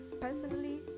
personally